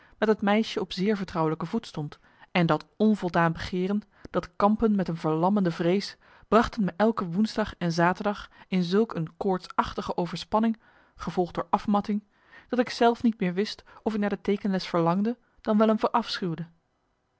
met het meisje op zeer vertrouwelijke voet stond en dat onvoldaan begeeren dat kampen met een verlammende vrees brachten me elke woensdag en zaterdag in zulk een koortsachtige overspanning gevolgd door afmatting dat ik zelf niet meer wist of ik naar de teekenles verlangde dan wel m verafschuwde